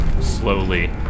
slowly